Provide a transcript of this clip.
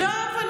עזוב,